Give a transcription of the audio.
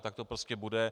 Tak to prostě bude.